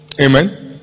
Amen